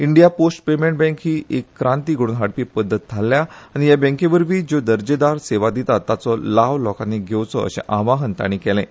India post payment bank ही एक क्रांती घडोवन हाडपी पध्दत थारल्या आनी ह्या बँके वरवीं ज्यो दर्जेदार सेवा दितात ताचो लाव लोकांनी घेवचो अशें आवाहन तांणी केलें